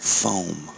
foam